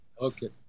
Okay